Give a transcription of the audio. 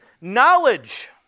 knowledge